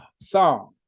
song